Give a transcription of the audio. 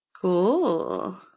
Cool